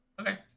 Okay